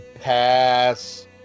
pass